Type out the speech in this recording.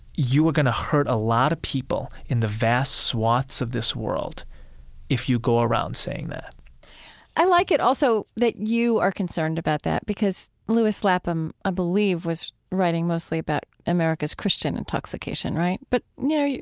you are going to hurt a lot of people in the vast swaths of this world if you go around saying that i like it also that you are concerned about that because louis lapham, i believe, was writing mostly about america's christian intoxication, right? but, you know,